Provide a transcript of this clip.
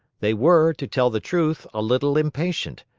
they were, to tell the truth, a little impatient.